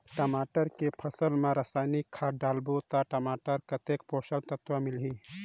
टमाटर के फसल मा रसायनिक खाद डालबो ता टमाटर कतेक पोषक तत्व मिलही?